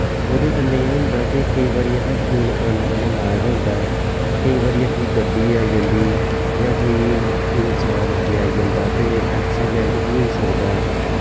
ओह्दे कन्नै एह् होंदा कि केईं बारी असें फोन कन्न कन्नै लाए दा होंदा ऐ केईं बारी अग्गूं गड्डी आई जंदी जां कोई इन्सान अग्गें आई जंदा ते एक्सीडैंट बी होई सकदा ऐ